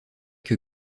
que